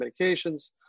medications